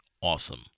awesome